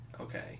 Okay